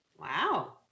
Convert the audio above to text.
Wow